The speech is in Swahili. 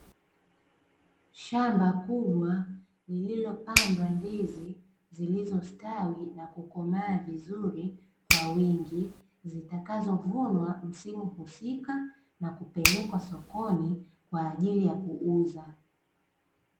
Shamba kubwa lililopandwa ndizi zilizositawi na kukomaa vizuri kwa wingi, zitakazovunwa msimu husika na kupelekwa sokoni, kwa ajili ya kuuza.